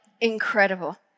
incredible